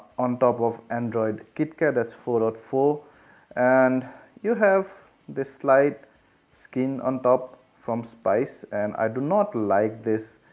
on top of android kitkat that's four point four and you have this lite skin on top from spice. and i do not like this